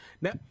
Now